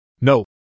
No